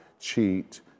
cheat